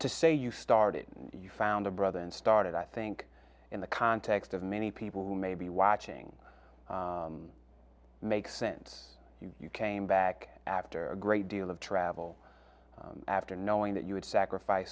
to say you started you found a brother and started i think in the context of many people who may be watching make sense you came back after a great deal of travel after knowing that you had sacrifice